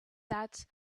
that